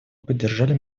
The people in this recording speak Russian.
поддержали